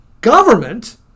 government